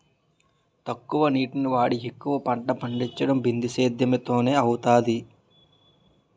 తక్కువ నీటిని వాడి ఎక్కువ పంట పండించడం బిందుసేధ్యేమ్ తోనే అవుతాది